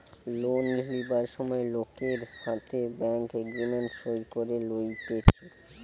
loan লিবার সময় লোকের সাথে ব্যাঙ্ক এগ্রিমেন্ট সই করে লইতেছে